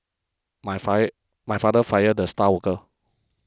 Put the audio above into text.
my fired my father fired the star worker